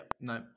no